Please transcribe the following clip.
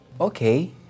okay